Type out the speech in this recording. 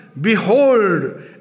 Behold